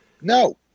No